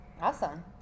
Awesome